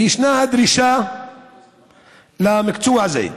וישנה דרישה למקצוע הזה.